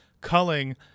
Culling